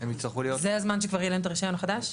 זה הזמן שכבר יהיה להם את הרישיון החדש?